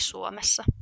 Suomessa